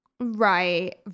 right